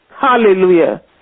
Hallelujah